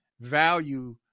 value